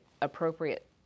appropriate